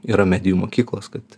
yra medijų mokyklos kad